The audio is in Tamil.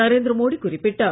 நரேந்திர மோடி குறிப்பிட்டார்